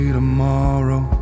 tomorrow